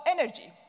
energy